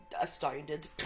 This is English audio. astounded